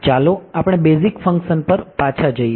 ચાલો આપણે basic function પર પાછા જઈએ